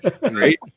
right